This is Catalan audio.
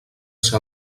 ser